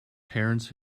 terence